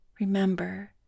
Remember